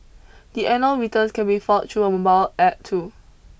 the annual returns can be filed through a mobile App too